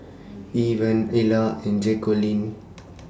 Ivan Ilah and Jaqueline